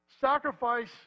Sacrifice